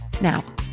Now